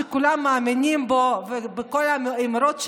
שכולם מאמינים בו ובכל האמרות שלו,